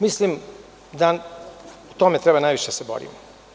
Mislim da tome treba najviše da se borimo.